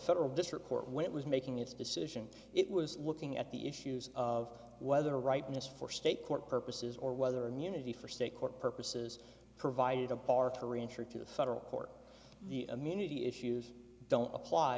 federal district court when it was making its decision it was looking at the issues of whether rightness for state court purposes or whether in unity for state court purposes provided a bar for reentry to the federal court the immunity issues don't apply